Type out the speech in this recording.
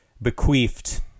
bequeathed